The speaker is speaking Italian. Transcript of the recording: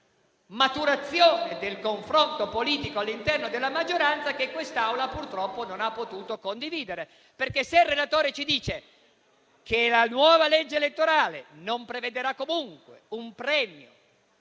maturazione del confronto politico all'interno della maggioranza che quest'Aula purtroppo non ha potuto condividere. Se il relatore ci dice che la nuova legge elettorale non prevedrà comunque un premio